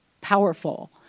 powerful